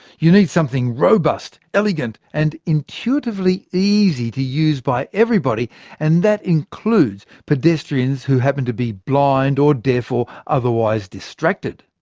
you need something robust, elegant and intuitively easy to use by everybody and that includes pedestrians who happen to be blind, deaf or otherwise distracted.